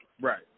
right